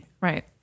Right